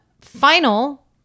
final